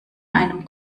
einem